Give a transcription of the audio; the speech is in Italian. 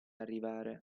arrivare